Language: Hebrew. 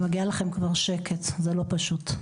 מגיע לכם כבר שקט, זה לא פשוט.